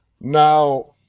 Now